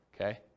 okay